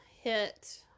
hit